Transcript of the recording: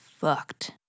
fucked